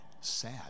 sad